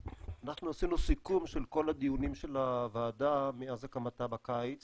אנחנו עשינו סיכום של כל הדיונים של הוועדה מאז הקמתה בקיץ,